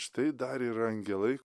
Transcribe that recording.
štai darė ir angelai